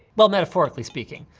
well, metaphorically speaking.